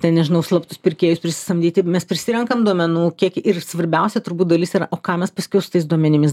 ten nežinau slaptus pirkėjus prisisamdyti mes prisirenkam duomenų kiek ir svarbiausia turbūt dalis yra o ką mes paskiau su tais duomenimis